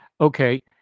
Okay